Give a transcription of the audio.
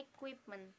equipment